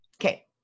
Okay